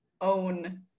own